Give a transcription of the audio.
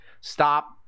Stop